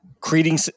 creating